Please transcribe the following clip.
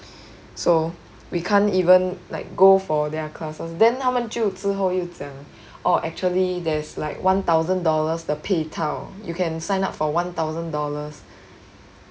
so we can't even like go for their classes then 他们就之后又讲 orh actually there's like one thousand dollars 的配套 you can sign up for one thousand dollars